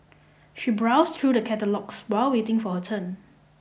she browsed through the catalogues while waiting for her turn